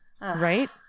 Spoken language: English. Right